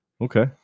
Okay